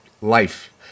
life